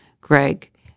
Greg